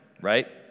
right